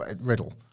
Riddle